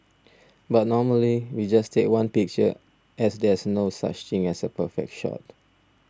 but normally we just take one picture as there's no such thing as a perfect shot